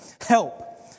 Help